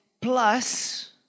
plus